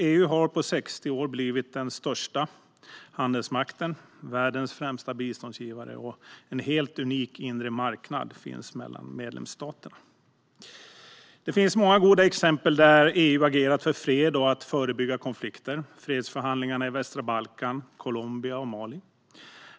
EU har på 60 år blivit den största handelsmakten och världens främsta biståndsgivare, och en helt unik inre marknad finns mellan medlemsstaterna. Det finns många goda exempel på att EU har agerat för fred och för att förebygga konflikter. Ett exempel är fredsförhandlingarna i västra Balkan, Colombia och Mali.